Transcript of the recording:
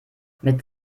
mit